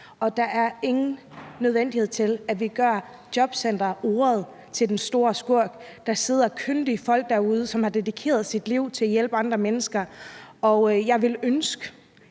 og det er ikke nødvendigt at gøre ordet jobcenter til den store skurk. Der sidder kyndige folk derude, som har dedikeret deres liv til at hjælpe andre mennesker. Og jeg vil ønske,